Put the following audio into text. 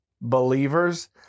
believers